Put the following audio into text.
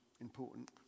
important